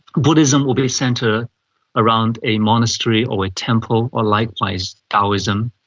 buddhism will be centred around a monastery or a temple, or likewise daoism,